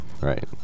Right